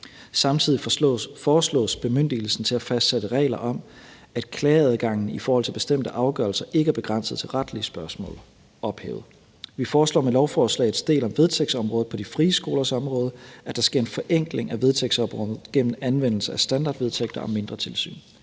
Samtidig foreslås bemyndigelsen til at fastsætte regler om, at klageadgangen i forhold til bestemte afgørelser ikke er begrænset til retlige spørgsmål, ophævet. Vi foreslår med lovforslagets del om vedtægtsområdet på de frie skolers område, at der sker en forenkling af vedtægtsområdet gennem anvendelse af standardvedtægter og mindre tilsyn.